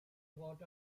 fod